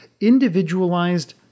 individualized